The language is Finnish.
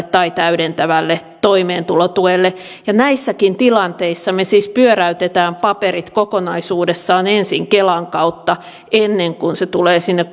tai täydentävälle toimeentulotuelle näissäkin tilanteissa me siis pyöräytämme paperit kokonaisuudessaan ensin kelan kautta ennen kuin ne tulevat sinne